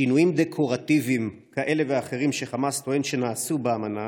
שינויים דקורטיביים כאלה ואחרים שחמאס טוען שנעשו באמנה